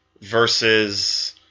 versus